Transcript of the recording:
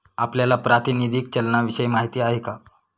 आपल्याला प्रातिनिधिक चलनाविषयी माहिती आहे का?